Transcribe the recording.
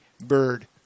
bird